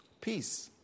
peace